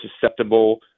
susceptible